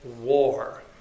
war